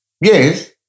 Yes